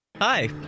Hi